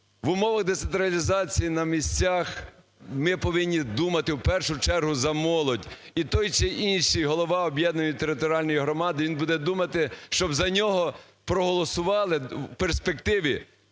в умовах децентралізації на місцях ми повинні думати в першу чергу за молодь. І той чи інший голова об'єднаної територіальної громади він буде думати, щоб за нього проголосували в перспективі.